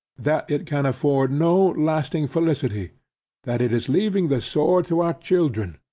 that it can afford no lasting felicity that it is leaving the sword to our children,